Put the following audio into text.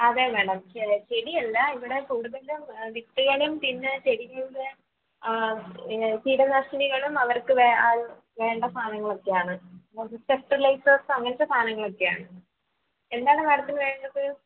അതെ മാഡം ചെ ചെടിയല്ല ഇവിടെ കൂടുതലും വിത്തുകളും പിന്നെ ചെടികളുടെ കീടനാശിനികളും അവർക്ക് വേ വേണ്ട സാധനങ്ങളൊക്കെയാണ് ഫെർട്ടിലൈസേഴ്സ് അങ്ങനത്തെ സാധനങ്ങളൊക്കെയാണ് എന്താണ് മാഡത്തിന് വേണ്ടത്